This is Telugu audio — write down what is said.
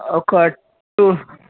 ఒక టూ